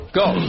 go